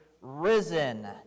risen